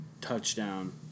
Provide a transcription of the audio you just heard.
touchdown